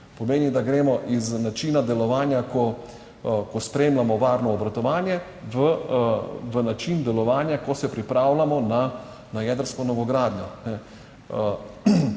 pomeni, da gremo iz načina delovanja, ko spremljamo varno obratovanje, v način delovanja, ko se pripravljamo na jedrsko novogradnjo.